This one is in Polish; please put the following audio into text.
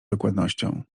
dokładnością